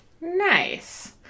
Nice